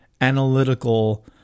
analytical